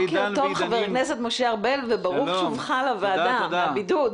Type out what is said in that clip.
בוקר טוב חבר הכנסת משה ארבל וברוך שובך לוועדה מהבידוד.